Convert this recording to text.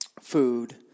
food